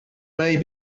may